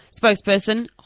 Spokesperson